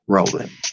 Rolling